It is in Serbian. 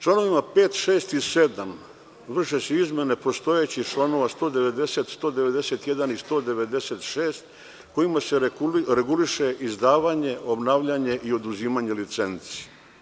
Članovima 5, 6. i 7. vrše se izmene postojećih članova 190, 191. i 196, kojima se reguliše izdavanje, obnavljanje i oduzimanje licenci.